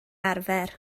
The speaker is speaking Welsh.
arfer